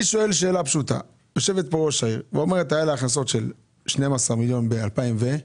יושבת פה ראש העיר שאומרת שהיו לה הכנסות של 12 מיליון ב-2018.